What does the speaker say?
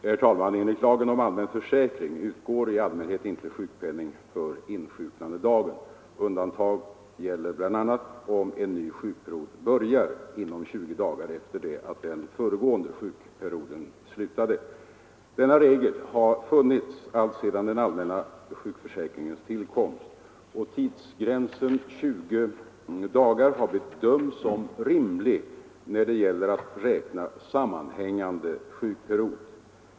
Herr talman! Enligt lagen om allmän försäkring utgår i allmänhet inte sjukpenning för insjuknandedagen. Undantag gäller bl.a. om en ny sjukdom börjar inom 20 dagar efter det att den föregående sjukperioden slutade. Denna regel har funnits alltsedan den allmänna sjukförsäkringens tillkomst, och tidsgränsen 20 dagar har bedömts som rimlig när det gäller beräkningen av sammanhängande sjukperiod.